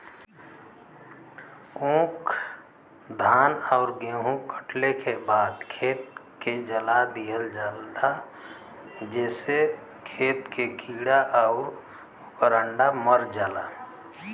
ऊख, धान आउर गेंहू कटले के बाद खेत के जला दिहल जाला जेसे खेत के कीड़ा आउर ओकर अंडा मर जाला